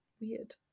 weird